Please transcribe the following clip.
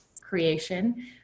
creation